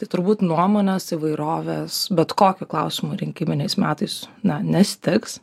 tai turbūt nuomonės įvairovės bet kokiu klausimu rinkiminiais metais na nestigs